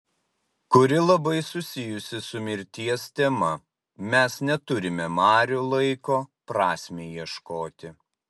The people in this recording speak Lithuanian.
kuri labai susijusi su mirties tema mes neturime marių laiko prasmei ieškoti